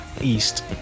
East